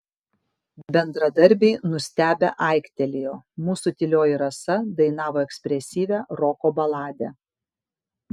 bendradarbiai nustebę aiktelėjo mūsų tylioji rasa dainavo ekspresyvią roko baladę